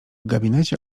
gabinecie